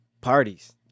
parties